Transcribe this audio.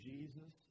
Jesus